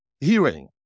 hearing